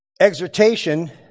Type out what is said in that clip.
Exhortation